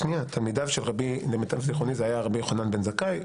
למיטב זכרוני זה היה רבי יוחנן בן זכאי.